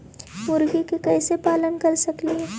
मुर्गि के कैसे पालन कर सकेली?